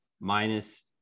minus